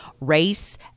Race